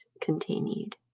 continued